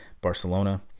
Barcelona